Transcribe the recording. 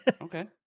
okay